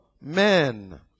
men